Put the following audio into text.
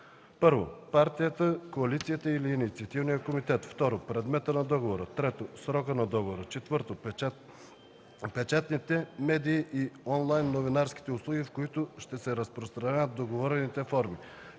за: 1. партията, коалицията или инициативния комитет; 2. предмета на договора; 3. срока на договора; 4. печатните медии и онлайн новинарските услуги, в които ще се разпространяват договорените форми;